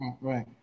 Right